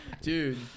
dude